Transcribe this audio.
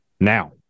now